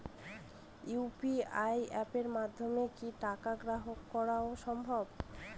UPI অ্যাপের মাধ্যমে কি টাকা গ্রহণ করাও সম্ভব?